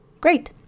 Great